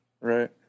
Right